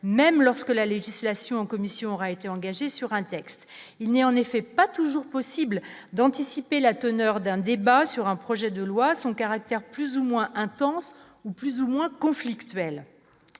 même lorsque la législation commission aura été engagée sur un texte, il n'est en effet pas toujours possible d'anticiper la teneur d'un débat sur un projet de loi son caractère plus ou moins intense ou plus ou moins conflictuelle,